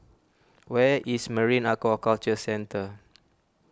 where is Marine Aquaculture Centre